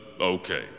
okay